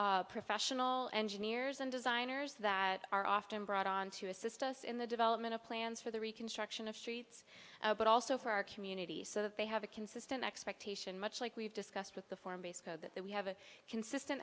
streets professional engineers and designers that are often brought on to assist us in the development of plans for the reconstruction of streets but also for our community so that they have a consistent expectation much like we've discussed with the form base code that we have a consistent